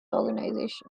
organisation